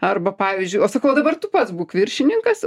arba pavyzdžiui o sakau o dabar tu pats būk viršininkas